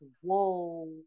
whoa